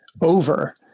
over